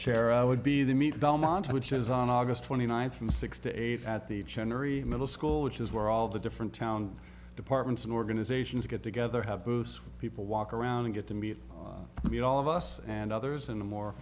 i would be the meat belmonte which is on august twenty ninth from six to eight at the general middle school which is where all the different town departments and organizations get together have booths people walk around and get to meet meet all of us and others in a more